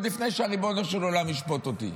לפני שריבונו של עולם ישפוט אותי,